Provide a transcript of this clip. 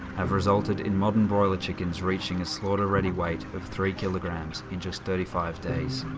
have resulted in modern broiler chickens reaching a slaughter-ready weight of three kilograms in just thirty five days,